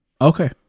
okay